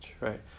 right